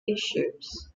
issues